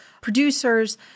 producers